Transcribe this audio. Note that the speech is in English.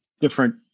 different